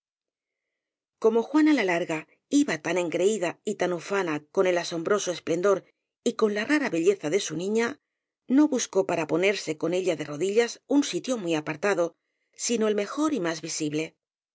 como juana la larga iba tan engreída y tan ufa na con el asombroso esplendor y con la rara be lleza de su niña no buscó para ponerse con ella de rodillas un sitio muy apartado sino el mejor y más visible